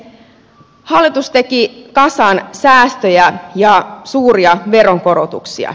hallitus teki kasan säästöjä ja suuria veronkorotuksia